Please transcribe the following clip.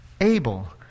Abel